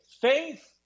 faith